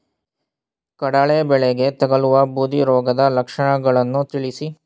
ಕಡಲೆ ಬೆಳೆಗೆ ತಗಲುವ ಬೂದಿ ರೋಗದ ಲಕ್ಷಣಗಳನ್ನು ತಿಳಿಸಿ?